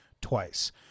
twice